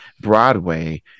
broadway